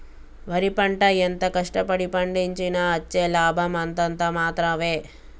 వరి పంట ఎంత కష్ట పడి పండించినా అచ్చే లాభం అంతంత మాత్రవే